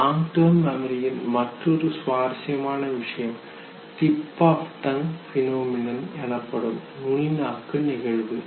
long term மெமரியின் மற்றுமொரு சுவாரசியமான விஷயம் டிப் ஆப் டங்க் பினோமேனன் எனப்படும் நுனிநாக்கு நிகழ்வு